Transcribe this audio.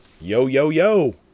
Yo-Yo-Yo